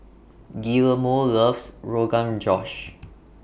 Guillermo loves Rogan Josh